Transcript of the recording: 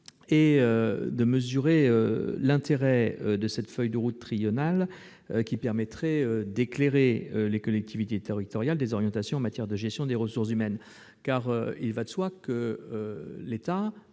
et de mesurer l'intérêt de cette feuille de route triennale, laquelle permettrait d'éclairer les collectivités territoriales sur les orientations en matière de gestion des ressources humaines. Il va de soi que les